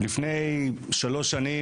לפני שלוש שנים,